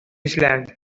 zealand